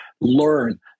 learn